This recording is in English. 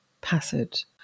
passage